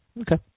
Okay